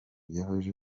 yaje